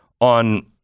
on